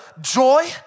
joy